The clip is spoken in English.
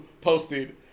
posted